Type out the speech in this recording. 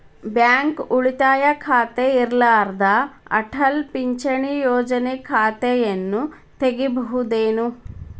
Bank ಉಳಿತಾಯ ಖಾತೆ ಇರ್ಲಾರ್ದ ಅಟಲ್ ಪಿಂಚಣಿ ಯೋಜನೆ ಖಾತೆಯನ್ನು ತೆಗಿಬಹುದೇನು?